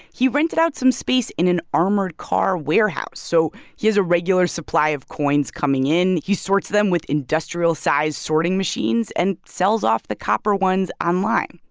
he rented out some space in an armored car warehouse. so he has a regular supply of coins coming in. he sorts them with industrial-sized sorting machines and sells off the copper ones online.